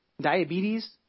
diabetes